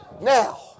Now